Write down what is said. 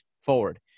forward